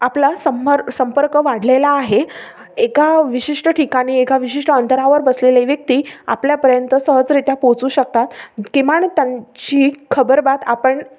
आपला संमर संपर्क वाढलेला आहे एका विशिष्ट ठिकाणी एका विशिष्ट अंतरावर बसलेले व्यक्ती आपल्यापर्यंत सहजरीत्या पोचू शकतात किमान त्यांची खबरबात आपण